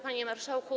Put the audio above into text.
Panie Marszałku!